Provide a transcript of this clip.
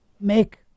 make